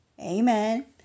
amen